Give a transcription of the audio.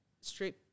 straight